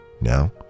Now